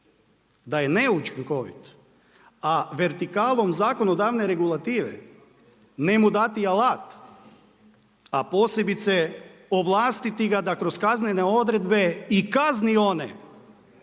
da je neučinkovit, a vertikalom zakonodavne regulative njemu dati alat, a posebice ovlastiti ga da kroz kaznene odredbe i kazne one